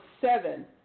seven